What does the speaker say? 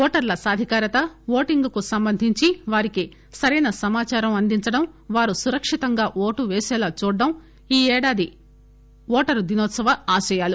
ఓటర్ల సాధికారత ఓటింగ్ కు సంబంధించి వారికి సరైన సమాదారం అందించడం వారు సురక్షితంగా ఓటు వేసేలా చూడటం ఈ ఏడాది ఓటరు దినోత్సవ లక్ష్యాలు